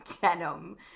denim